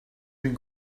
been